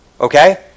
Okay